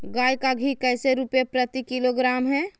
गाय का घी कैसे रुपए प्रति किलोग्राम है?